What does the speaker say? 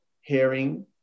hearing